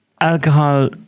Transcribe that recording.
alcohol